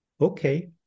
Okay